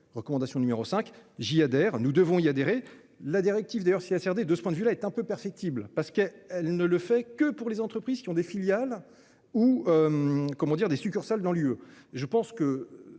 recommandation numéro 5 j'y adhère. Nous devons y adhérer la directive d'ailleurs si cerner. De ce point de vue-là est un peu perfectible parce qu'elle elle ne le fait que pour les entreprises qui ont des filiales ou. Comment dire des succursales dans l'UE.